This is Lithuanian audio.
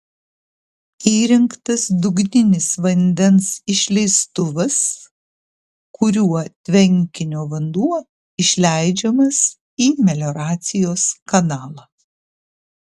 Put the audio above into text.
įrengtas dugninis vandens išleistuvas kuriuo tvenkinio vanduo išleidžiamas į melioracijos kanalą